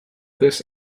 this